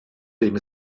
den